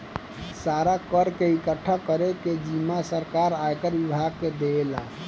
सारा कर के इकठ्ठा करे के जिम्मा सरकार आयकर विभाग के देवेला